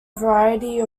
variety